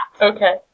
Okay